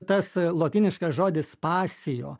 tas lotyniškas žodis pasijo